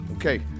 Okay